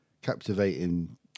captivating